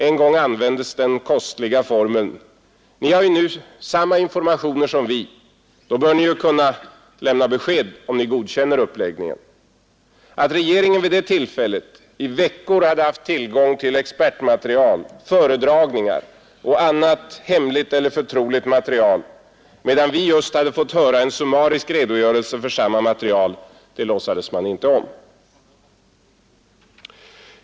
En gång användes den kostliga formen: Ni har ju nu samma informationer som vi; då bör ni ju kunna lämna besked om ni godkänner uppläggningen! Att regeringen vid det tillfället i veckor hade haft tillgång till expertmaterial, föredragningar och annat hemligt eller förtroligt material, medan vi just hade fått höra en summarisk redogörelse för samma material, låtsades man inte om.